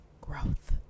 growth